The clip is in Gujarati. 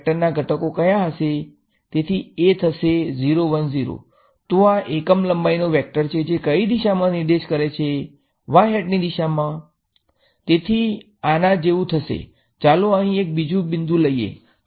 x બરાબર 1 y બરાબર 1